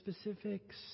specifics